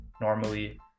Normally